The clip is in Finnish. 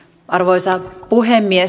arvoisa puhemies